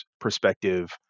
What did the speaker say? perspective